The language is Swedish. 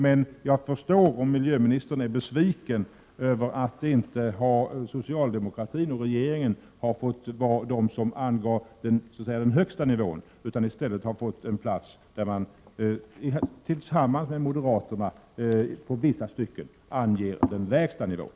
Men jag kan förstå om miljöministern är besviken över att socialdemokratin och regeringen inte har fått vara de som så att säga har angett den högsta nivån utan i vissa stycken har fått vara dem som tillsammans med moderaterna anger den lägsta nivån.